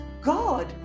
God